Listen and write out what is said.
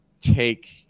take